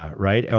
right?